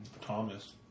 Thomas